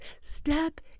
Step